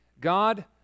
God